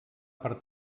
per